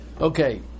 Okay